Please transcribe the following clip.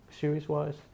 series-wise